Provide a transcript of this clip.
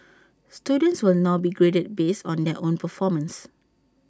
students will now be graded based on their own performance